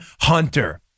Hunter